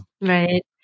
Right